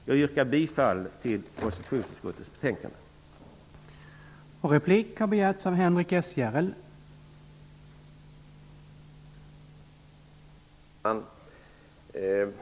Jag yrkar bifall till konstitutionsutskottets hemställan i betänkandet.